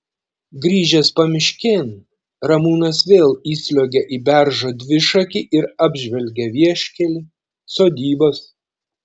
grįžęs pamiškėn ramūnas vėl įsliuogia į beržo dvišakį ir apžvelgia vieškelį sodybas